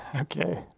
Okay